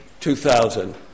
2000